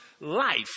life